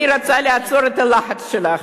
אני רוצה לעצור את הלהט שלך.